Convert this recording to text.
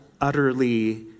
utterly